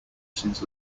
since